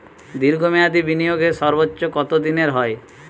দীর্ঘ মেয়াদি বিনিয়োগের সর্বোচ্চ কত দিনের হয়?